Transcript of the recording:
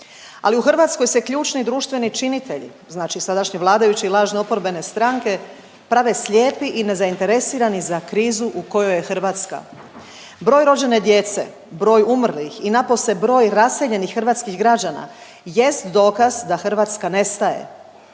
Ali u Hrvatskoj se ključni društveni činitelji, znači sadašnji vladajući i lažne oporbene stranke prave slijepi i nezainteresirani za krizu u kojoj je Hrvatska. Broj rođene djece, broj umrlih i napose broj raseljenih hrvatskih građana jest dokaz da Hrvatska nestaje.